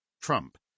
Trump